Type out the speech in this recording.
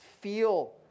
feel